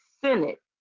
Senate